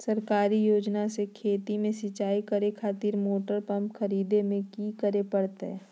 सरकारी योजना से खेत में सिंचाई करे खातिर मोटर पंप खरीदे में की करे परतय?